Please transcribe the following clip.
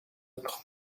nôtres